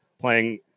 playing